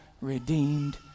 redeemed